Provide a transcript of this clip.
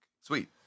Sweet